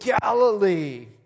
Galilee